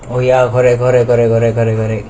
oh ya correct correct correct correct correct correct